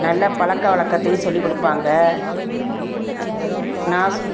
நல்ல பழக்க வழக்கத்தையும் சொல்லி கொடுப்பாங்க நான் ஸ்கூ